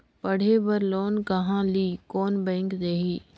पढ़े बर लोन कहा ली? कोन बैंक देही?